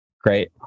Great